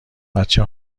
بچه